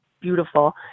beautiful